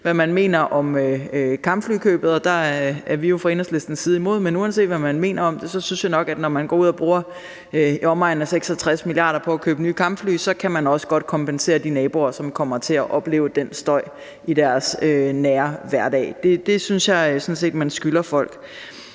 hvad man mener om kampflykøbet – det er vi jo fra Enhedslistens side imod – synes jeg nok, at man, når man går ud og bruger i omegnen af 66 mia. kr. på at købe nye kampfly, også godt kan kompensere de naboer, som kommer til at opleve den støj i deres nære hverdag. Det synes jeg sådan set at man skylder folk.